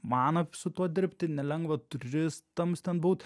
man su tuo dirbti nelengva turistams ten būt